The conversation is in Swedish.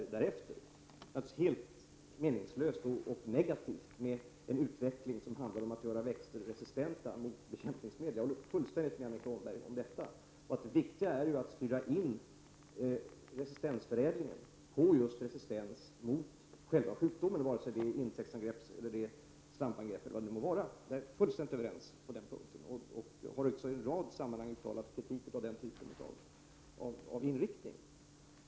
Det är naturligtvis helt meningslöst och negativt med en utveckling som handlar om att göra växter resistenta mot bekämpningsmedel. Jag håller fullständigt med Annika Åhnberg om detta. Det viktiga är att styra in resistensförädlingen på just resistens mot själva sjukdomen, vare sig det är insektsangrepp, svampangrepp eller vad det nu må vara. Vi är fullständigt överens på den punkten. Jag har i en rad sammanhang uttalat min kritik mot den typen av inriktning.